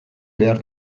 behar